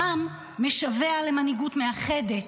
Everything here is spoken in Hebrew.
העם משווע למנהיגות מאחדת,